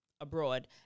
abroad